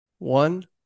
One